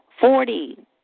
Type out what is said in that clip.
Forty